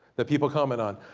that people comment on.